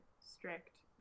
strict